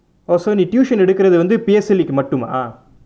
oh so நீ:nee tuition எடுக்குறது வந்து:edukurathu vanthu P_S_L_E கு மட்டுமா:ku mattumaa